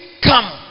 come